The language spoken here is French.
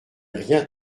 rien